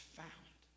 found